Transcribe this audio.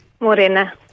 Morena